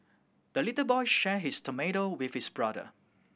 the little boy share his tomato with his brother